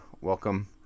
welcome